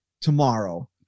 tomorrow